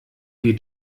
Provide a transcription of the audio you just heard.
geht